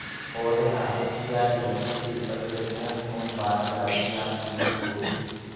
पौध ला कीरा लगे से पहले कोन कोन बात ला धियान देहेक होही?